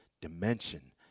dimension